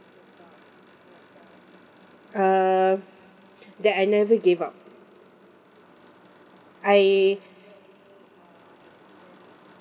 um that I never gave up I